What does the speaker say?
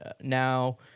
now